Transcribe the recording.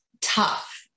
tough